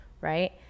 right